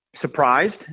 surprised